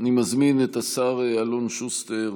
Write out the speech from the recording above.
אני מזמין את השר אלון שוסטר